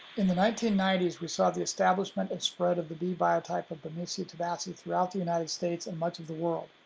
in the nineteen ninety s we saw the establishment and spread of the b biotype of bemisia tabaci throughout the united states and much of the world.